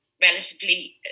relatively